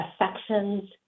affections